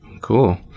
Cool